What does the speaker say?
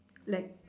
like